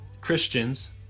Christians